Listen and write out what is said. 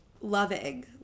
loving